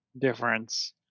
difference